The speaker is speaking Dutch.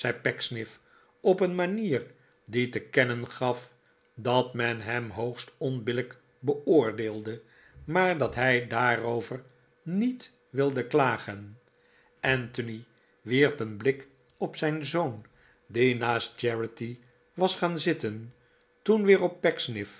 op een manier die te kennen gaf dat men hem hoogst onbillijk beoordeelde maar dat hij daarover niet wilde klagen anthony wierp een blik op zijn zoon die naast charity was gaan zitten toen weer op